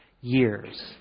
years